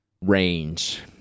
range